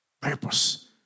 Purpose